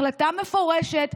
החלטה מפורשת,